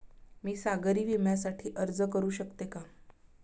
मी सागरी विम्यासाठी अर्ज करू शकते का?